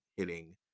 Hitting